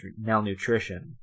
malnutrition